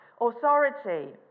authority